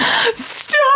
Stop